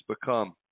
become